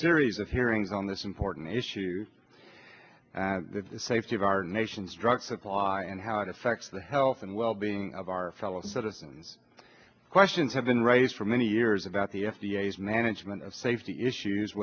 series of hearings on this important issue the safety of our nation's drug supply and how it affects the health and well being of our fellow citizens questions have been raised for many years about the f d a as management of safety issues